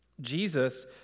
Jesus